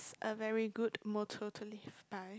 a very good motto to live by